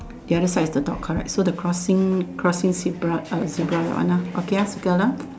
the other side is the dog correct so the crossing crossing zebra uh zebra that one ah okay ah circle ah